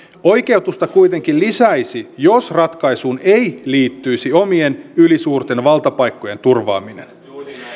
oikeutusta kuitenkin lisäisi jos ratkaisuun ei liittyisi omien ylisuurten valtapaikkojen turvaaminen